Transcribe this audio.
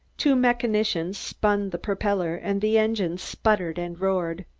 two mechanicians spun the propeller and the engine sputtered and roared.